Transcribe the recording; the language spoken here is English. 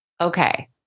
Okay